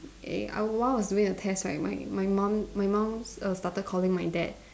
eh I while I was doing the test right my my mum my mum err started calling my dad